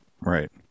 Right